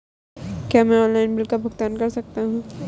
क्या मैं online bill का भुगतान कर सकता हूँ?